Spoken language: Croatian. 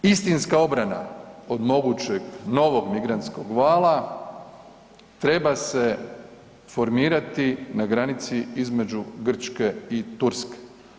Istinska obrana od mogućeg novog migrantskog vala treba se formirati na granici između Grčke i Turske.